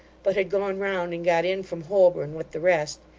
but had gone round and got in from holborn with the rest,